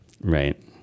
Right